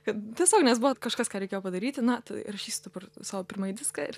kad tiesiog nes buvo kažkas ką reikėjo padaryti na tai įrašysiu dabar savo pirmąjį diską ir